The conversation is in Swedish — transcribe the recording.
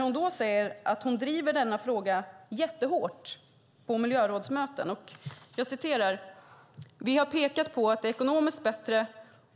Hon säger att hon driver denna fråga jättehårt på miljörådsmöten. Hon säger: Vi har pekat på att det är ekonomiskt bättre